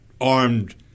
armed